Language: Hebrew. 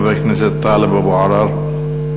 חבר הכנסת טלב אבו עראר.